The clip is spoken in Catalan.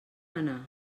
anar